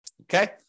Okay